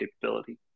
capability